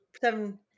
seven